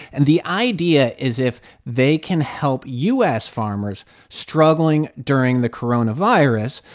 and the idea is if they can help u s. farmers struggling during the coronavirus,